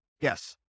Yes